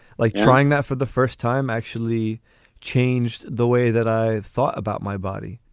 like trying that for the first time actually changed the way that i thought about my body